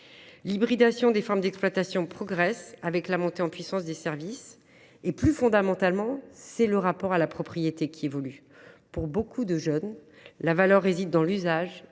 L’hybridation des formes d’exploitation progresse, sous l’effet de la montée en puissance des services. Plus fondamentalement, le rapport à la propriété évolue. Pour beaucoup de jeunes, la valeur réside dans l’usage,